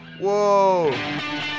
Whoa